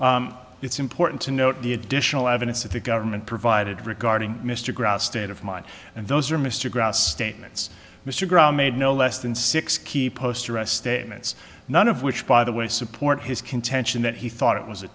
furthermore it's important to note the additional evidence that the government provided regarding mr graef state of mind and those are mr gryce statements mr graham made no less than six keep post arrest statements none of which by the way support his contention that he thought it was a